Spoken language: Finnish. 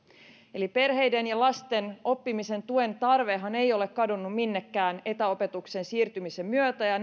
perheiden ja lasten oppimisen tuen tarvehan ei ole kadonnut minnekään etäopetukseen siirtymisen myötä ja